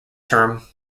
term